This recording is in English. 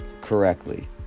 correctly